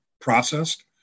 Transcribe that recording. processed